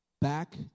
back